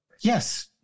Yes